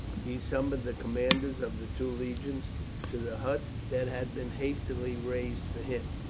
he summoned the commanders of the two legions to the hut that had been hastily raised for him.